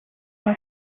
its